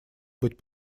быть